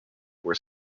where